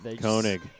Koenig